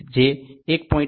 તેથી જે 1